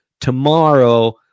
tomorrow